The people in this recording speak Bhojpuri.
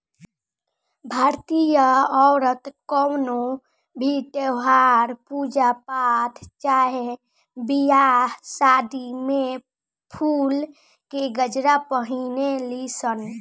भारतीय औरत कवनो भी त्यौहार, पूजा पाठ चाहे बियाह शादी में फुल के गजरा पहिने ली सन